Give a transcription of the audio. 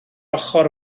ochr